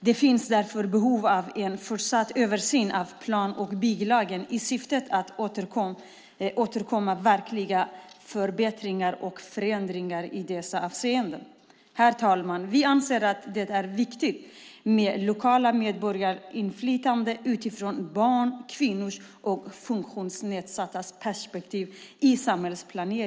Det finns därför behov av en fortsatt översyn av plan och bygglagen i syfte att åstadkomma verkliga förbättringar och förändringar i dessa avseenden. Herr talman! Vi anser att det är viktigt med lokalt medborgarinflytande i samhällsplaneringen utifrån barns, kvinnors och funktionsnedsattas perspektiv.